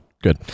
Good